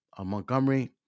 Montgomery